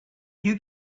you